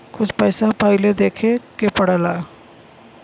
कुछ पैसा पहिले देवे के पड़ेला